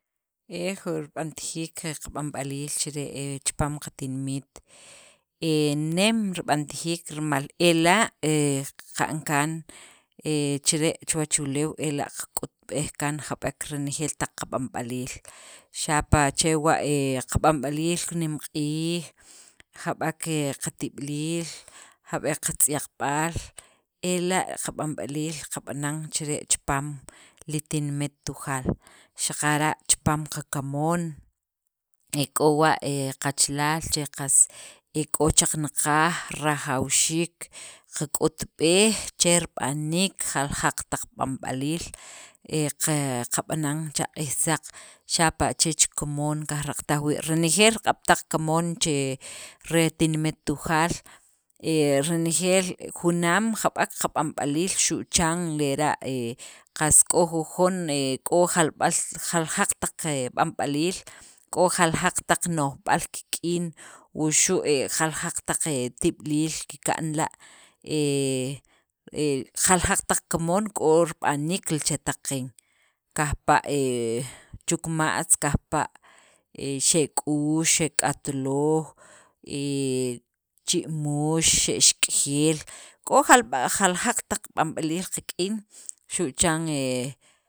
He rib'antajiik li qa'anb'aliil chire' he chipaam qatinimit he nem rib'antajiik rimal ela' he qa'n kaan he chire' chuwach uleew ela' qak'utb'ej kaan jab'ek reenjeel taq qa'b'anb'aliil xapa' chewa' he qab'anb'aliil, qanemq'iij, jab'ek qe qatib'iliil, jab'ek qatz'yaqb'al ela' qab'anb'aliil qab'an chire' chipaam li tinimit tujaal, xaqara' chipaam qakamoon e k'o wa' he qachalaal qas e k'o chaqanaqaj rajawxiik qak'utb'ej che rib'aniik jaljaq taq b'anb'aliil he qab'anan cha q'iij saq xapa' chech kamoon qajraqataj wii' renejeel riq'ab' taq kamoon che re tinimet tujaal he renejeel junaam jab'eek qab'anb'aliil xu' chan lera' he qas k'o jujon he k'o jalb'al jaljaq taq he b'ab'aliil. k'o jaljaq taq no'jb'al kik'in, wuxu' jaljaq taq tib'iliil kika'nla', heee he jaljaq taq kamoon k'o rib'aniik chetaq qeen, kajpa' chukuma'tz. kajpa' xek'uux, xek'atlooj, he chimuux, xe'xk'ejeel, k'o jalb'al jajaq taq b'anb'aliil qak'in xu' chan hee.